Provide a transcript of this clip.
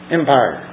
empire